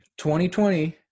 2020